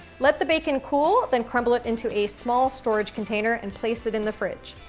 let the bacon cool, then crumble it into a small storage container and place it in the fridge.